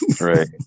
Right